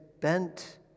bent